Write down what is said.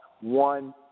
One